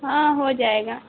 ہاں ہو جائے گا